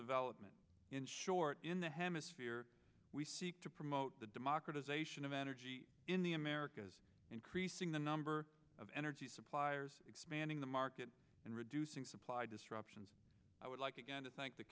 development in short in the hemisphere we seek to promote the democratization of energy in the americas increasing the number of energy suppliers expanding the market and reducing supply disruptions i would like again to thank the